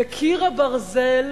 ו"קיר הברזל",